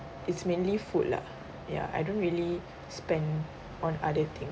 it's mainly food lah yeah I don't really spend on other things